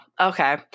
okay